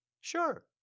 Sure